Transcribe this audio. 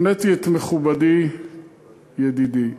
הפניתי את מכובדי, ידידי,